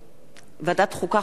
חוק.